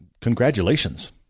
Congratulations